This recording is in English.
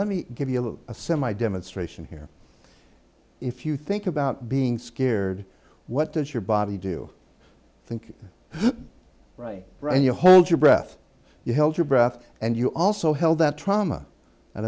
let me give you a semi demonstration here if you think about being scared what does your body do you think right you hold your breath you held your breath and you also held that trauma and